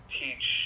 teach